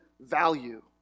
value